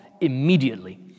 immediately